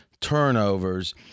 turnovers